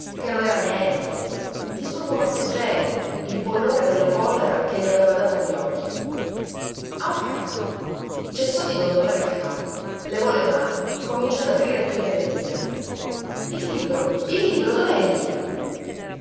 non era niente disturbo passeggero il bollore della collera che gli aveva dato agli occhi a un tratto cessò di dondolare il capo levò le mani cominciò ad aprire e chiudere le dita il libro il libro dov'è il libro